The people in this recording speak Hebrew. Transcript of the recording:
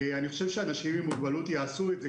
אני חושב שאנשים עם מוגבלות יעשו את זה